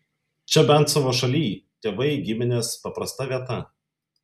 čia bent savo šalyj tėvai giminės paprasta vieta